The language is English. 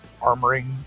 armoring